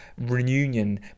reunion